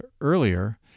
earlier